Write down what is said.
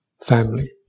family